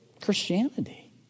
Christianity